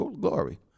glory